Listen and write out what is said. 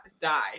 Die